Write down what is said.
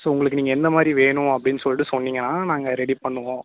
so உங்களுக்கு நீங்கள் எந்த மாதிரி வேணும் அப்படின் சொல்லிட்டு சொன்னீங்கன்னால் நாங்கள் ரெடி பண்ணுவோம்